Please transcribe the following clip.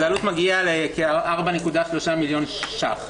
אז העלות מגיעה לכ-4.3 מיליון ש"ח.